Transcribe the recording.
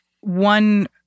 one